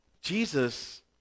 Jesus